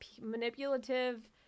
manipulative